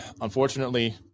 Unfortunately